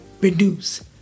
reduce